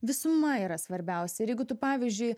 visuma yra svarbiausia ir jeigu tu pavyzdžiui